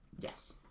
Yes